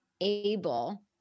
able